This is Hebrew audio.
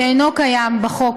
שאינו קיים כיום בחוק,